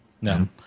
No